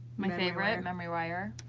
my favorite, memory wire.